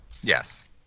Yes